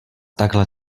takhle